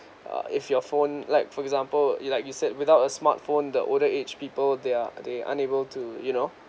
uh if your phone like for example you like you said without a smart phone the older age people they are they unable to you know